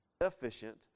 efficient